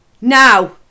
Now